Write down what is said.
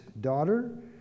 daughter